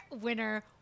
winner